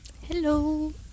hello